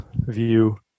view